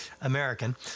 American